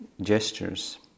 gestures